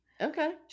Okay